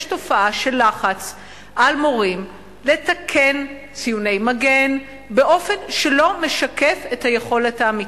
לחץ על מורים לתקן ציוני מגן באופן שלא משקף את היכולת האמיתית.